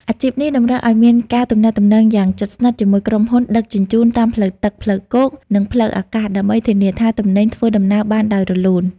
អាជីពនេះតម្រូវឱ្យមានការទំនាក់ទំនងយ៉ាងជិតស្និទ្ធជាមួយក្រុមហ៊ុនដឹកជញ្ជូនតាមផ្លូវទឹក ផ្លូវគោក និងផ្លូវអាកាស ដើម្បីធានាថាទំនិញធ្វើដំណើរបានដោយរលូន។